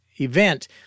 event